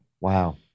Wow